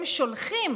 הם שולחים